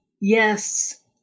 yes